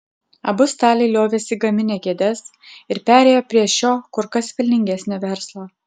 abu staliai liovėsi gaminę kėdes ir perėjo prie šio kur kas pelningesnio verslo